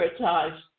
prioritize